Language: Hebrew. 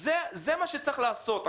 זה מה שצריך לעשות.